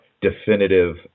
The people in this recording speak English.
definitive